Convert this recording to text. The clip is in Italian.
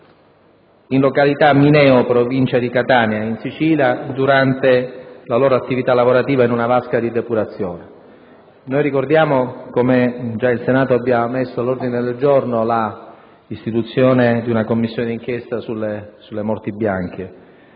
in località Mineo, provincia di Catania, in Sicilia, durante la loro attività lavorativa in una vasca di depurazione. Ricordo che il Senato ha già posto all'ordine del giorno l'istituzione di una Commissione d'inchiesta sulle morti bianche.